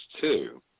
two